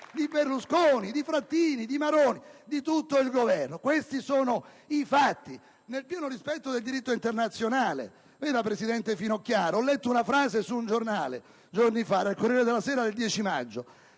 di Berlusconi, di Frattini, di Maroni e di tutto il Governo! Questi sono i fatti, nel pieno rispetto del diritto internazionale. Vede, presidente Finocchiaro, ho letto una frase su un giornale, alcuni giorni fa. Dal «Corriere della sera» del 10 maggio: